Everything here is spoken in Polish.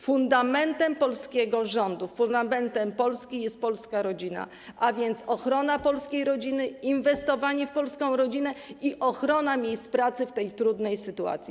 Fundamentem polskiego rządu, fundamentem Polski jest polska rodzina, a więc chodzi o ochronę polskiej rodziny, inwestowanie w polską rodzinę i ochronę miejsc pracy w tej trudnej sytuacji.